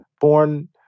born